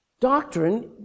Doctrine